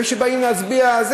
שבאים להצביע,